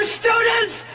students